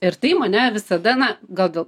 ir tai mane visada na gal dėl